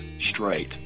straight